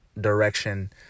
direction